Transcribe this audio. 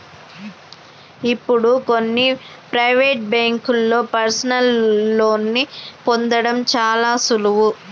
ఇప్పుడు కొన్ని ప్రవేటు బ్యేంకుల్లో పర్సనల్ లోన్ని పొందడం చాలా సులువు